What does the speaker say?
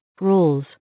Rules